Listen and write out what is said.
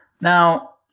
Now